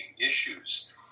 issues